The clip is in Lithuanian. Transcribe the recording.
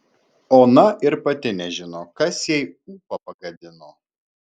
ona ir pati nežino kas jai ūpą pagadino